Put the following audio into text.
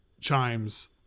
chimes